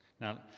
Now